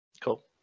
Cool